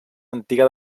antiga